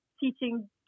teaching